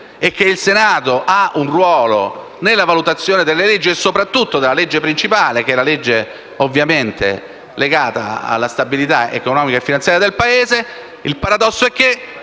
e che il Senato ha un ruolo nella valutazione delle leggi e soprattutto della legge principale, che è ovviamente quella legata alla stabilità economica e finanziaria del Paese, il paradosso è che